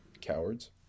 cowards